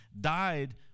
died